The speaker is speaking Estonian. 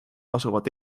asuvad